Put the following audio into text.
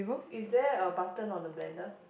is there a button on the blender